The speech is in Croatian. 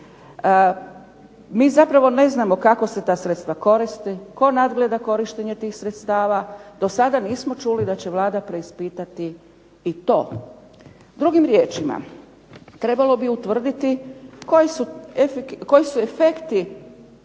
Mi zapravo ne znamo kako se ta sredstva koriste, tko nadgleda korištenje tih sredstava? Do sada nismo čuli da će Vlada preispitati i to. Drugim riječima, trebalo bi utvrditi koji su efekti